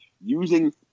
Using